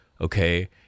okay